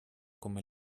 come